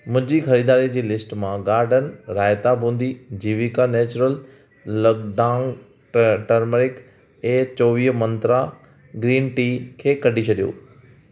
मुंहिंजी ख़रीदारी जी लिस्ट मां गार्डन रायता बूंदी जीविका नेचुरल लकडॉंग ट टर्मरिक ऐं चोवीह मंत्रा ग्रीन टी खे कढी छॾियो